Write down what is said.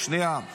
שנייה.